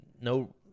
no